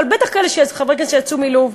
אבל בטח לחברי כנסת שיצאו מלוב,